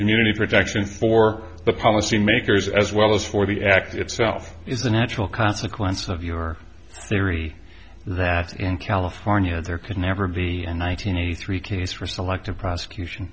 community protection for the policy makers as well as for the act itself is a natural consequence of your theory that in california there could never be a nine hundred eighty three case for selective prosecution